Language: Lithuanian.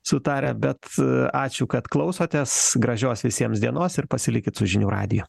sutarę bet ačiū kad klausotės gražios visiems dienos ir pasilikit su žinių radiju